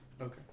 Okay